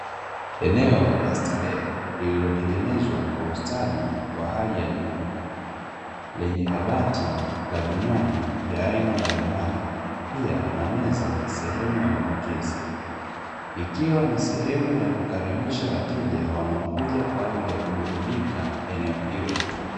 Eneo la starehe lililotengenezwa kwa ustadi wa hali ya juu yenye kabati la vinywaji vya aina mbalimbali, pia na meza sehemu ya mapokezi ikiwa ni sehemu ya kukaribisha wateja wanaokuja kwa ajili ya kuburudika eneo hilo.